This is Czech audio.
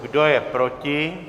Kdo je proti?